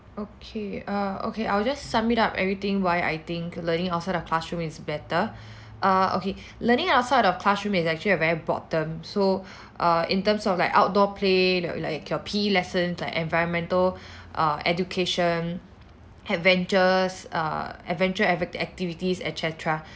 okay uh okay I will just sum it up everything why I think learning outside of classroom is better err okay learning outside of classroom is actually a very broad term so err in terms of like outdoor play like like your P_E lessons like environmental err education adventures err adventure act~ activities et cetera